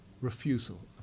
refusal